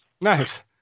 Nice